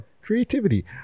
creativity